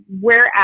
Whereas